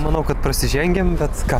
manau kad prasižengiam bet ką